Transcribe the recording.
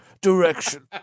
direction